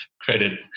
credit